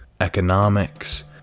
economics